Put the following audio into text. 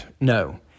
no